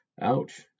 Ouch